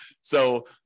So-